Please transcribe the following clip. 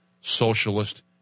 socialist